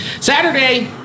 Saturday